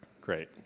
Great